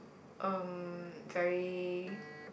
um very